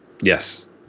Yes